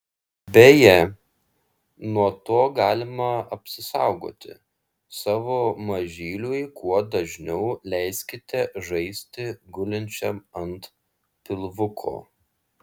beje nuo to galima apsisaugoti savo mažyliui kuo dažniau leiskite žaisti gulinčiam ant pilvuko